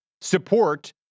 support